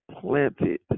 planted